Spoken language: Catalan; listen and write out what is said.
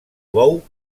bou